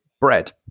bread